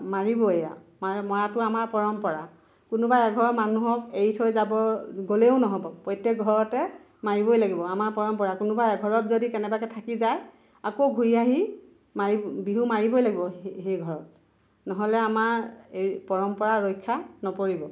মাৰিবই আৰু মৰাটো আমাৰ পৰম্পৰা কোনোবা এঘৰ মানুহক এৰি থৈ যাব গ'লেও নহ'ব প্ৰত্যেক ঘৰতে মাৰিবই লাগিব আমাৰ পৰম্পৰা কোনোবা এঘৰত যদি কেনেবাকে থাকি যায় আকৌ ঘূৰি আহি মাৰি বিহু মাৰিবই লাগিব সেই সেই ঘৰত নহ'লে আমাৰ এই পৰম্পৰা ৰক্ষা নপৰিব